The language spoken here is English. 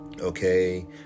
okay